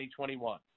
2021